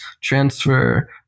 transfer